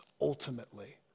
ultimately